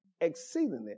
exceedingly